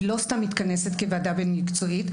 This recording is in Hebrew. היא לא סתם מתכנסת כוועדה בין-מקצועית,